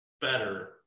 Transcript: better